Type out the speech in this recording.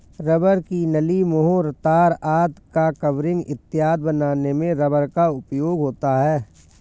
rubber की नली, मुहर, तार आदि का कवरिंग इत्यादि बनाने में रबर का उपयोग होता है